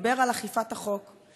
ודיבר על אכיפת החוק.